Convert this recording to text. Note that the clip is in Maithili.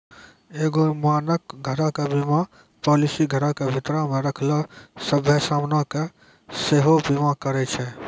एगो मानक घरो के बीमा पालिसी घरो के भीतरो मे रखलो सभ्भे समानो के सेहो बीमा करै छै